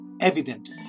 evident